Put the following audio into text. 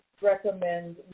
recommend